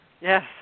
Yes